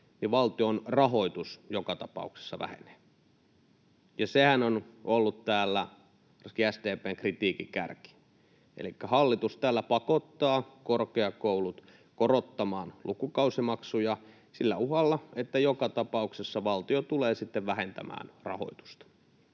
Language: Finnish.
valtion rahoitus joka tapauksessa vähenee. Sehän on ollut täällä myöskin SDP:n kritiikin kärki. Elikkä hallitus tällä pakottaa korkeakoulut korottamaan lukukausimaksuja sillä uhalla, että joka tapauksessa valtio tulee sitten vähentämään rahoitusta.